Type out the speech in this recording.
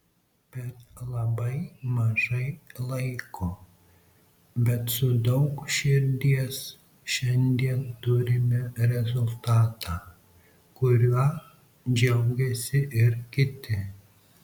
per labai mažai laiko bet su daug širdies šiandien turime rezultatą kuriuo džiaugiasi ir kiti